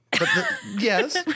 Yes